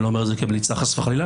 ואני לא אומר את זה כמליצה חס וחלילה,